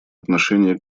отношение